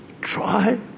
try